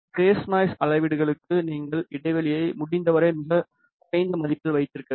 base noise அளவீடுகளுக்கு நீங்கள் இடைவெளியை முடிந்தவரை மிகக் குறைந்த மதிப்பில் வைத்திருக்க வேண்டும்